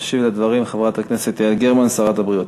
תשיב על הדברים חברת הכנסת יעל גרמן, שרת הבריאות,